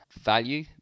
value